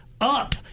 Up